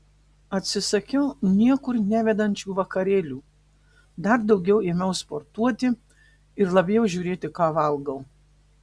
atsisakiau niekur nevedančių vakarėlių dar daugiau ėmiau sportuoti ir labiau žiūrėti ką valgau